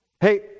hey